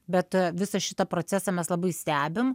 bet visą šitą procesą mes labai stebim